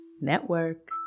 Network